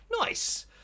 Nice